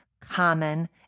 common